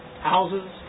houses